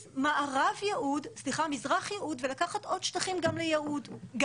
על מזרח יהוד ולקחת עוד שטחים גם למגשימים?